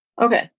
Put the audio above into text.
Okay